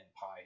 Pi